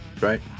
Right